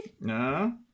No